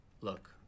Look